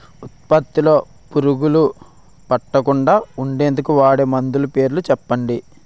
ఉత్పత్తి లొ పురుగులు పట్టకుండా ఉండేందుకు వాడే మందులు పేర్లు చెప్పండీ?